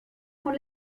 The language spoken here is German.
von